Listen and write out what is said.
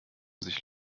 sich